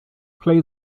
play